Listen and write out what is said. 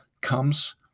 comes